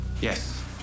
Yes